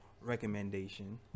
recommendation